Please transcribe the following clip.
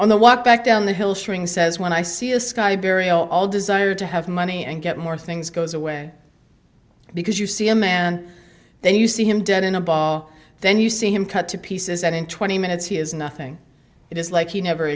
on the walk back down the hill showing says when i see a sky burial all desire to have money and get more things goes away because you see a man then you see him dead in a ball then you see him cut to pieces and in twenty minutes he is nothing it is like he never